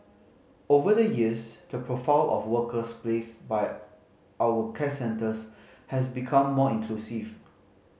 over the years the profile of workers placed by our care centres has become more inclusive